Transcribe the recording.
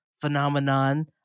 phenomenon